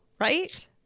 right